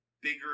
bigger